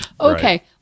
Okay